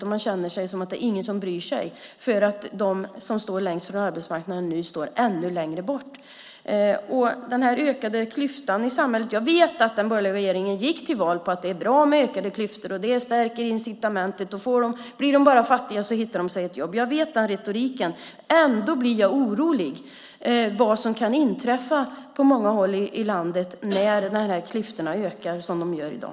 Det känns som att det inte är någon som bryr sig. De som nu står längst från arbetsmarknaden står nämligen ännu längre bort. Jag vet att den borgerliga regeringen gick till val på att det är bra med ökade klyftor. Det stärker incitamentet. Blir de bara fattiga så hittar de ett jobb. Jag känner till den retoriken. Ändå blir jag orolig för vad som kan inträffa på många håll i landet när de här klyftorna ökar, som de gör i dag.